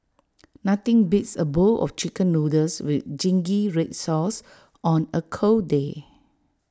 nothing beats A bowl of Chicken Noodles with Zingy Red Sauce on A cold day